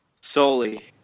solely